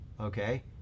okay